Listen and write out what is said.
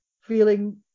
feeling